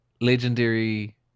legendary